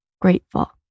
grateful